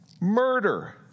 murder